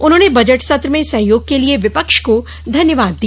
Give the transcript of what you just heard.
उन्होंने बजट सत्र में सहयोग के लिए विपक्ष को धन्यवाद दिया